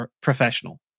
professional